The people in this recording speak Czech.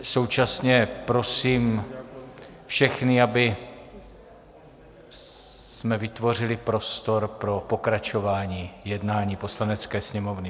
Současně prosím všechny, abychom vytvořili prostor pro pokračování jednání Poslanecké sněmovny.